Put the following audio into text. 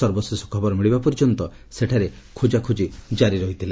ସର୍ବଶେଷ ଖବର ମିଳିବା ପର୍ଯ୍ୟନ୍ତ ସେଠାରେ ଖୋକାଖୋଜି ଜାରି ଥିଲା